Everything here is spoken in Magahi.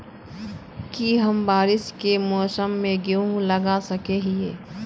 की हम बारिश के मौसम में गेंहू लगा सके हिए?